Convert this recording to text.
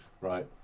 Right